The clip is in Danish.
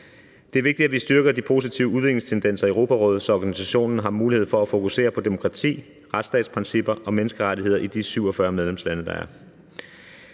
Det er vigtigt, at vi styrker de positive udviklingstendenser i Europarådet, så organisationen har mulighed for at fokusere på demokrati, retsstatsprincipper og menneskerettigheder i de 47 medlemslande, der er.